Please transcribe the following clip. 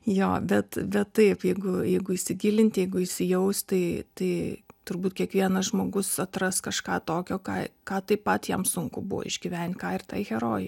jo bet bet taip jeigu jeigu įsigilint jeigu įsijaust tai tai turbūt kiekvienas žmogus atras kažką tokio ką ką taip pat jam sunku buvo išgyvent ką ir tai herojei